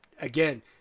again